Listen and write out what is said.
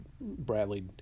Bradley